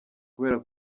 kubera